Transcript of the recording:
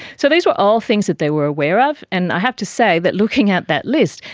so these were all things that they were aware of, and i have to say that looking at that list,